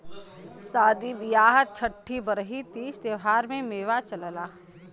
सादी बिआह छट्ठी बरही तीज त्योहारों में मेवा चलला